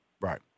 right